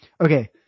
Okay